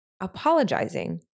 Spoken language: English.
apologizing